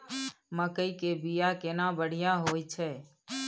मकई के बीया केना बढ़िया होय छै?